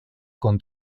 con